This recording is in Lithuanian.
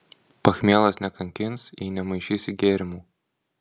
pachmielas nekankins jei nemaišysi gėrimų